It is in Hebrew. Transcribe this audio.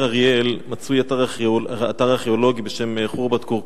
אריאל מצוי אתר ארכיאולוגי בשם חורבת-כורכוש.